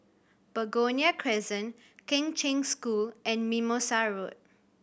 Begonia Crescent Kheng Cheng School and Mimosa Road